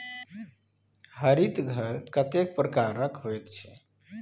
हरित घर कतेक प्रकारक होइत छै?